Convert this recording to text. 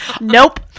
Nope